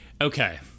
okay